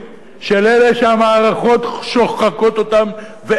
של אלה שהמערכות שוחקות אותם ואין להם